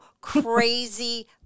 crazy